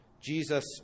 Jesus